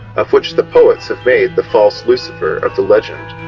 of which the poets have made the false lucifer of the legend.